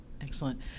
Excellent